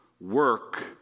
Work